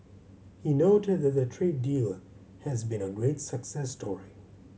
he noted that the trade deal has been a great success story